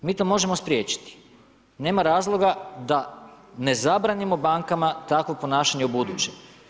Mi to možemo spriječiti, nema razloga da ne zabranimo bankama takvo ponašanje ubuduće.